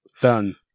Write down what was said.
Done